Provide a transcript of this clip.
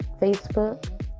Facebook